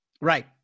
Right